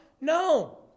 No